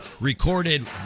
recorded